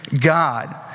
God